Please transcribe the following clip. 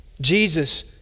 Jesus